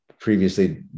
previously